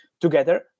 together